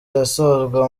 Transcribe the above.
irasozwa